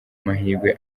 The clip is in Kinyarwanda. amahirwe